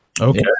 Okay